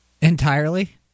Entirely